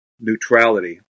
neutrality